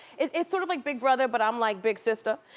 it's sort of like big brother, but i'm like big sister.